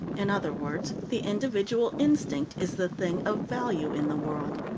in other words, the individual instinct is the thing of value in the world.